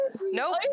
Nope